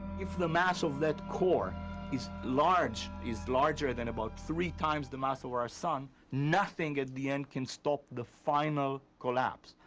if the mass of that core is large, is larger than about three times the mass of our sun, nothing at the end can stop the final collapse.